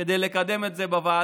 כדי לקדם את זה בוועדה,